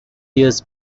years